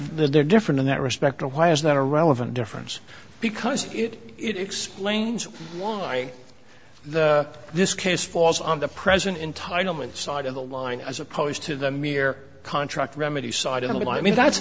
they're different in that respect why is that a relevant difference because it explains why this case falls on the present entitlement side of the line as opposed to the mere contract remedy side of the i mean that's